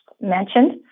mentioned